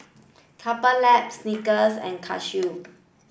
Couple Lab Snickers and Casio